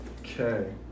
Okay